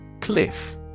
Cliff